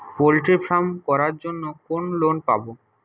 Poultry farm করার জন্য কোন লোন পাব?